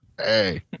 Hey